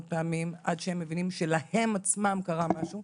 פעמים עד שהם מבינים שלהם עצמם קרה משהו,